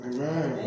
Amen